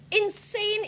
insane